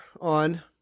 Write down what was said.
on